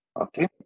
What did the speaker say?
okay